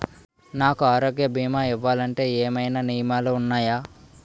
నాకు ఆరోగ్య భీమా ఇవ్వాలంటే ఏమైనా నియమాలు వున్నాయా?